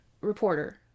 reporter